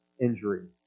injury